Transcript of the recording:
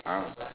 ah